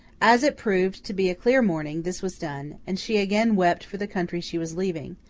as it proved to be a clear morning, this was done, and she again wept for the country she was leaving,